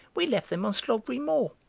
we left them on slogberry moor,